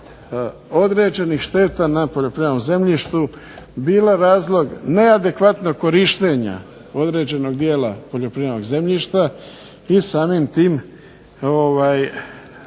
određenih šteta na poljoprivrednom zemljištu, bila razlog neadekvatnog korištenja određenog dijela poljoprivrednog zemljišta i samim tim